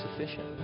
sufficient